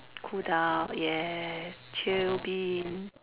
cool down yes chill beans